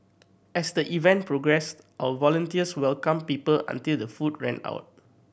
as the even progressed our volunteers welcomed people until the food ran out